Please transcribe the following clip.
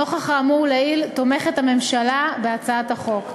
נוכח האמור לעיל, הממשלה תומכת בהצעת החוק.